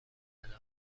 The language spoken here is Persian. رده